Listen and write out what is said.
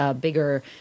bigger